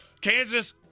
Kansas